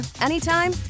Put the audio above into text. anytime